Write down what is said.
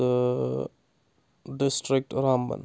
district Ramban